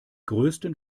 größten